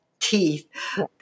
teeth